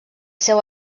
seu